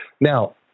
Now